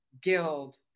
Guild